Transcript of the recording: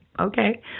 okay